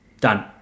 Done